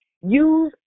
use